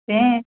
तेंच